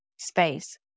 space